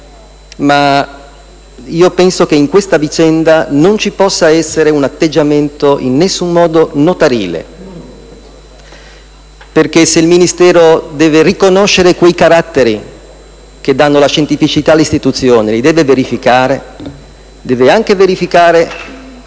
Penso che in questa vicenda non possa sussistere un atteggiamento in alcun modo notarile. Se il Ministero deve riconoscere quei caratteri che danno la scientificità alle istituzioni e deve verificare, deve anche verificare